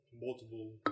multiple